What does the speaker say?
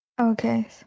Okay